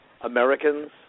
Americans